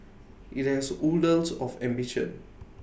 IT has oodles of ambition